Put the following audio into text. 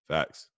Facts